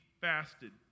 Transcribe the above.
fasted